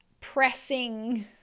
pressing